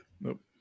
Nope